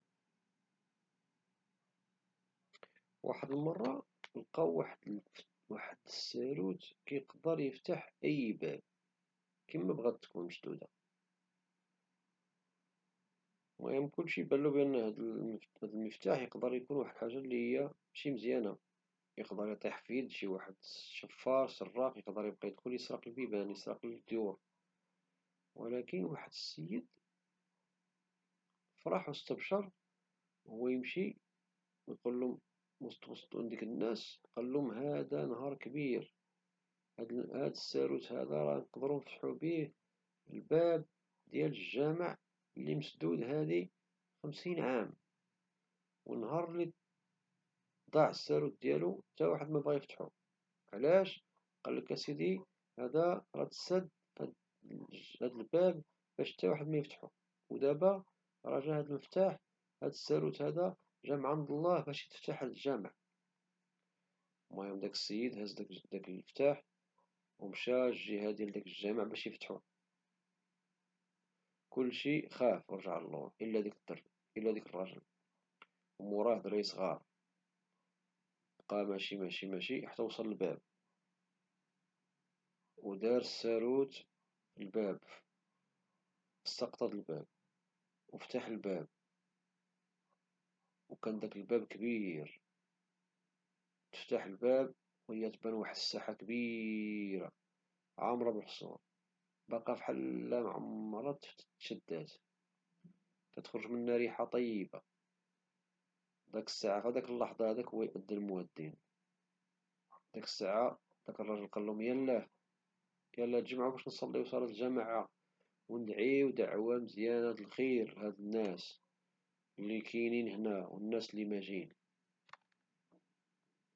وأحد المرة لقاو واحد الساروت كيقدر افتح اي باب كما بغات تكون مسدودة المهم كلشي بالو هاد المفتاح اقدر اكون واحد الحاجة اللي هي ماشي مزيانة اقدر اطيح فيد شي واحد شفار سراق اقدر ادخل اسرق البيبان اسرق الديور ولكن واحد السيد فرح او استبشر